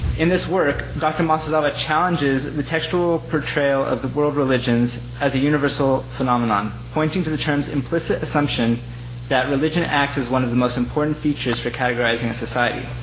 in this work, dr. masuzawa challenges the textual portrayal of the world religions as a universal phenomenon, pointing to the terms implicit assumption that religion acts as one of the most important features for categorizing a society.